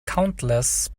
countless